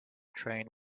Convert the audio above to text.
train